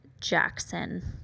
Jackson